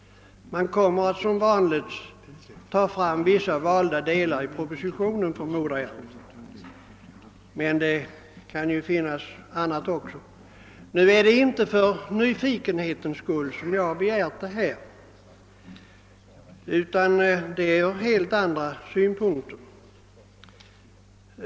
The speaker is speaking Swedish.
Man kommer att som vanligt ta fram vissa valda delar i propositionen, förmodar jag, men det kan ju finnas annat också. Det är inte av nyfikenhet som jag begärt ett offentliggörande utan det är på grund av helt andra skäl.